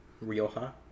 Rioja